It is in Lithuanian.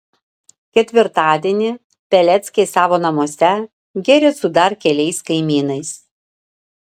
ketvirtadienį peleckiai savo namuose gėrė su dar keliais kaimynais